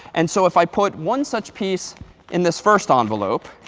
and so if i put one such piece in this first envelope.